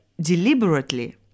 deliberately